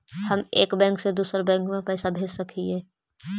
हम एक बैंक से दुसर बैंक में पैसा भेज सक हिय?